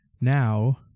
Now